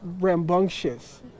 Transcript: rambunctious